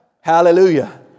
Hallelujah